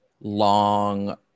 long